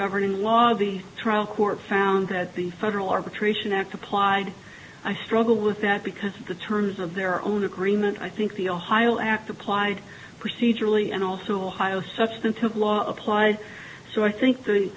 governing law the trial court found that the federal arbitration act applied i struggle with that because of the terms of their own agreement i think the ohio act applied procedurally and also ohio substantive law applied so i think